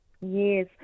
Yes